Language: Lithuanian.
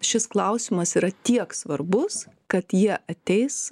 šis klausimas yra tiek svarbus kad jie ateis